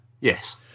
Yes